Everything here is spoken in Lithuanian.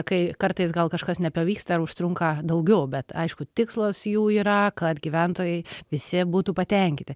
kai kartais gal kažkas nepavyksta ar užtrunka daugiau bet aišku tikslas jų yra kad gyventojai visi būtų patenkinti